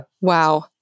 Wow